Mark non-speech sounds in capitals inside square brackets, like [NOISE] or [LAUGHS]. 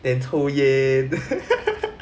每天抽烟 [LAUGHS]